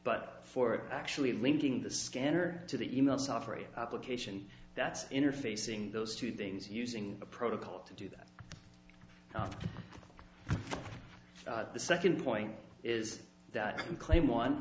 but for actually linking the scanner to the email software application that's interfacing those two things using a protocol to do that the second point is that claim one